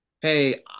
hey